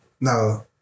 No